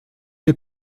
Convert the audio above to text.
est